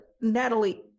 Natalie